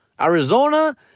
Arizona